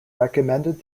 recommended